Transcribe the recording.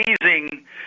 amazing